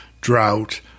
drought